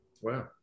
Wow